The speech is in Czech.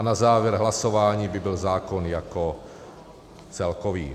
Na závěr hlasování by byl zákon celkový.